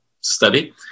study